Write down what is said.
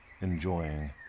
enjoying